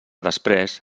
després